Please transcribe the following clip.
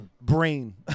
brain